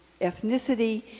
ethnicity